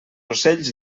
ocells